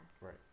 Right